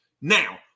Now